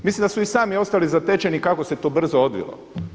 Mislim da su i sami ostali zatečeni kako se to brzo odvilo.